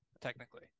technically